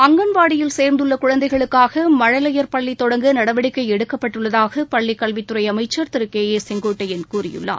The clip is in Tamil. அங்கன்வாடியில் சேர்ந்துள்ள குழந்தைகளுக்காக மழலையர் பள்ளி தொடங்க நடவடிக்கை எடுக்கப்பட்டுள்ளதாக பள்ளி கல்வித்துறை அமைச்சர் திரு கே ஏ செங்கோட்டையன் கூறியுள்ளார்